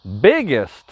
biggest